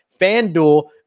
FanDuel